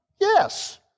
Yes